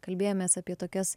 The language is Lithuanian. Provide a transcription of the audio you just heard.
kalbėjomės apie tokias